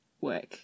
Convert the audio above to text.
work